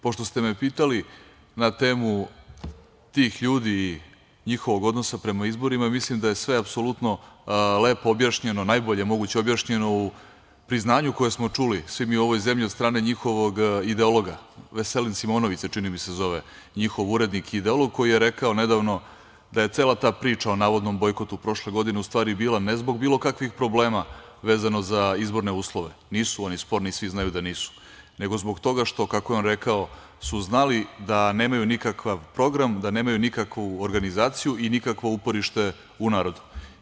Pošto ste me pitali na temu tih ljudi, njihovog odnosa prema izborima, mislim da je sve apsolutno lepo objašnjeno, najbolje moguće objašnjeno u priznanju koje smo čuli svi mi u ovoj zemlji od strane njihovog ideologa, Veselin Simonović se čini mi se zove, njihov urednik i ideolog koji je rekao nedavno da je cela ta priča o navodnom bojkotu prošle godine u stvari bila ne zbog bilo kakvih problema vezano za izborne uslove, nisu oni sporni, svi znaju da nisu, nego zbog toga što, kako je on rekao, su znali da nemaju nikakav program, da nemaju nikakvu organizaciju i nikakvo uporište u narodu.